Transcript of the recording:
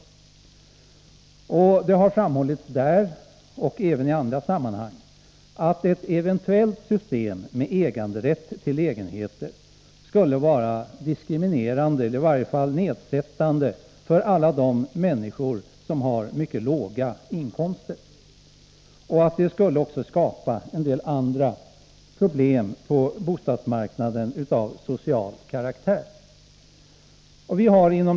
Det har framhållits där men även i andra sammanhang att ett system med äganderätt till lägenheter skulle vara diskriminerande eller i varje fall nedsättande för alla de människor som har mycket låga inkomster, och det skulle dessutom skapa en del andra problem av social karaktär på bostadsmarknaden.